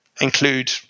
include